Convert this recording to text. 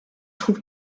trouve